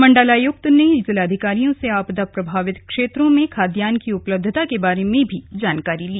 मण्डलायुक्त ने जिलाधिकारियों से आपदा प्रभावित क्षेत्रों में खाद्यान की उपलब्धता के बारे में भी जानकारी ली